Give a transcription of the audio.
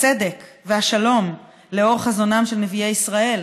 הצדק והשלום לאור חזונם של נביאי ישראל,